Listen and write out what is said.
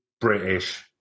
British